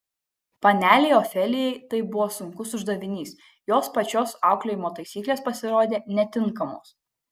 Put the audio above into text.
panelei ofelijai tai buvo sunkus uždavinys jos pačios auklėjimo taisyklės pasirodė netinkamos